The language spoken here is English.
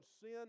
sin